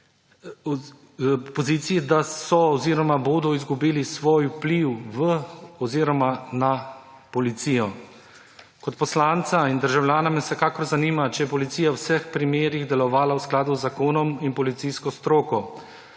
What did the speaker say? da so oziroma bodo izgubili svoj vpliv na policijo. Kot poslanca in državljana me vsekakor zanima, če je policija v vseh primerih delovala v skladu z zakonom in policijsko stroko.